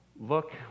look